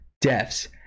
deaths